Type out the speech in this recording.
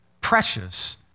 precious